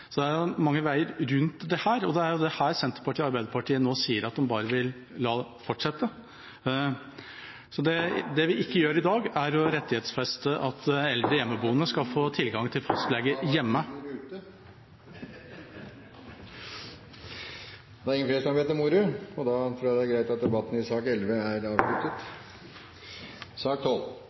Så det er mange veier rundt dette, og det er jo dette som Senterpartiet og Arbeiderpartiet nå sier at de bare vil la fortsette. Det vi ikke gjør i dag, er å rettighetsfeste at eldre hjemmeboende skal få tilgang til fastlege hjemme Da var tiden ute. Flere har ikke bedt om ordet til sak nr. 11. Etter ønske fra helse- og omsorgskomiteen vil presidenten foreslå at